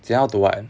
jing hao too what